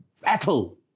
Battle